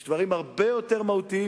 יש דברים הרבה יותר מהותיים,